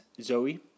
Zoe